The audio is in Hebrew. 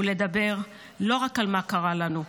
ונדבר לא רק על מה קרה לנו,